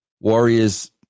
Warrior's